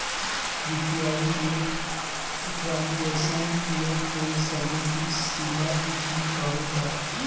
UPI के transaction ले कोई समय सीमा भी हवे का?